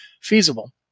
feasible